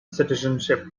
citizenship